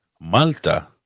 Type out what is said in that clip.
Malta